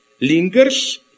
lingers